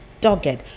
dogged